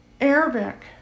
Arabic